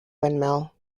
windmill